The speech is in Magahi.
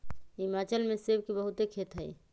हिमाचल में सेब के बहुते खेत हई